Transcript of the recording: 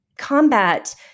combat